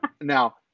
now